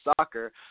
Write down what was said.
soccer